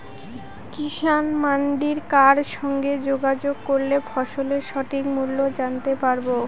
কিষান মান্ডির কার সঙ্গে যোগাযোগ করলে ফসলের সঠিক মূল্য জানতে পারবো?